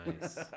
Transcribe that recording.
Nice